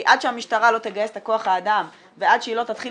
כי עד שהמשטרה לא תגייס את כוח האדם ועד שהיא לא תתחיל